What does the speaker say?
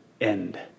end